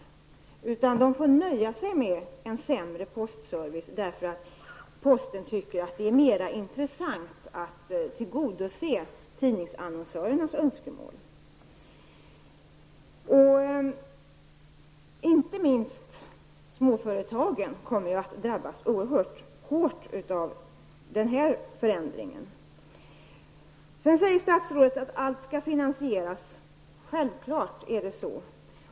Människorna där får i stället nöja sig med en sämre postservice, just därför att posten finner det mer intressant att tillgodose tidningsannonsörernas önskemål. Inte minst småföretagen kommer att drabbas oerhört hårt av den aktuella förändringen. Sedan säger statsrådet att allting måste finansieras. Ja, självfallet är det så.